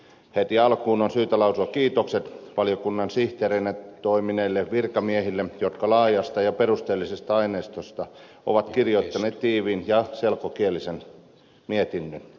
heti alkuun on syytä lausua kiitokset valiokunnan sihteereinä toimineille virkamiehille jotka laajasta ja perusteellisesta aineistosta ovat kirjoittaneet tiiviin ja selkokielisen mietinnön